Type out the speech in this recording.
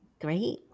Great